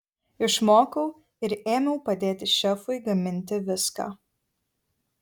išmokau ir ėmiau padėti šefui gaminti viską